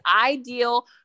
ideal